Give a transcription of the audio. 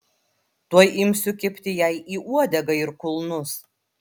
tuoj imsiu kibti jai į uodegą ir kulnus